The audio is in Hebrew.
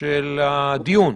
של הדיון.